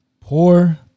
Poor